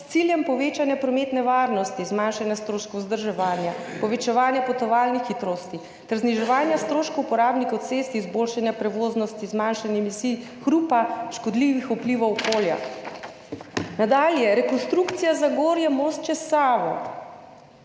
s ciljem povečanja prometne varnosti, zmanjšanja stroškov vzdrževanja, povečevanja potovalnih hitrosti ter zniževanja stroškov uporabnikov cest, izboljšanja prevoznosti, zmanjšanja emisij, hrupa, škodljivih vplivov okolja. Nadalje, rekonstrukcija mostu čez Savo